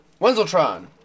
Wenzeltron